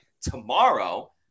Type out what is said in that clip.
Tomorrow